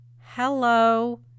Hello